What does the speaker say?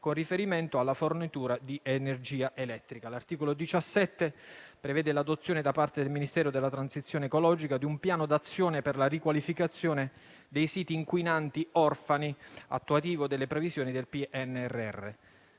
con riferimento alla fornitura di energia elettrica. L'articolo 17 prevede l'adozione da parte del Ministero della transizione ecologica di un piano d'azione per la riqualificazione dei siti inquinanti orfani, attuativo delle previsioni del PNRR.